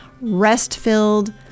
rest-filled